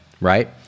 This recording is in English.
right